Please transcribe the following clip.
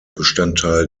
bestandteil